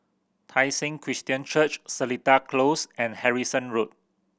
Tai Seng Christian Church Seletar Close and Harrison Road